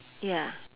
ya